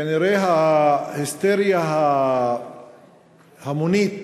כנראה ההיסטריה ההמונית